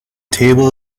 table